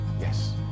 Yes